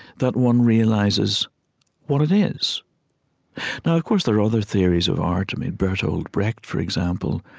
that one realizes what it is now, of course, there are other theories of art. i mean, bertolt brecht, for example,